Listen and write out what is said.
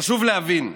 חשוב להבין: